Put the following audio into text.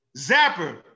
Zapper